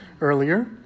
earlier